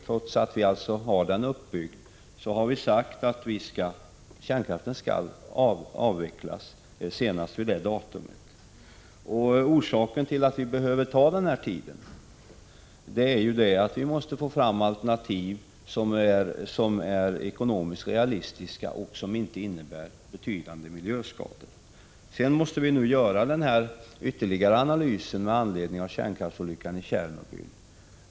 Trots att vi alltså har den uppbyggd, har vi sagt att kärnkraften skall avvecklas senast 2010. Orsaken till att vi behöver denna tid är att vi måste få fram alternativ som är ekonomiskt realistiska och som inte innebär betydande miljöskador. Vi måste göra en ytterligare analys med anledning av kärnkraftsolyckan i Tjernobyl.